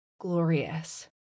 glorious